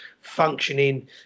functioning